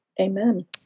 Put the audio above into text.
Amen